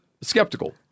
Skeptical